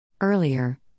Earlier